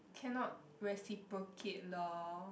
cannot reciprocate loh